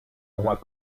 roi